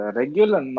regular